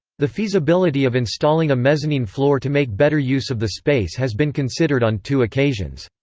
the feasibility of installing a mezzanine floor to make better use of the space has been considered on two occasions.